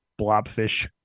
blobfish